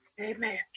Amen